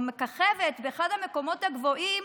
או מככבת, באחד המקומות הגבוהים